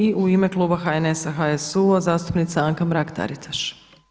I u ime kluba HNS-a, HSU-a zastupnica Anka Mrak-Taritaš.